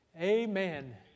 Amen